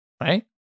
right